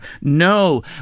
No